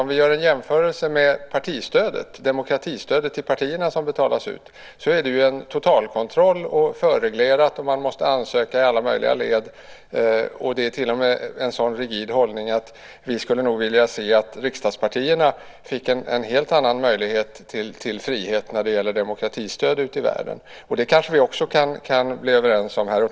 Om man gör en jämförelse med partistödet, demokratistödet till partierna, som betalas ut är det en totalkontroll av det, och det är förreglerat, och man måste ansöka i alla möjliga led. Det är till och med en sådan rigid hållning att vi nog skulle vilja se att riksdagspartierna fick en helt annan möjlighet till frihet när det gäller demokratistöd ute i världen. Det kanske vi också kan bli överens om här.